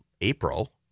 April